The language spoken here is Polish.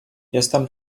jestem